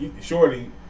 shorty